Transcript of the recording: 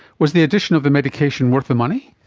was the addition of the medication worth the money?